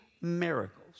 miracles